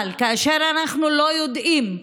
אבל כאשר אנחנו לא יודעים,